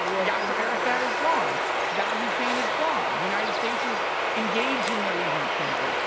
yasser arafat is gone. saddam hussein is gone. the united states is engaged in the recent currently.